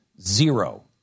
Zero